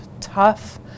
tough